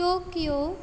Tokyo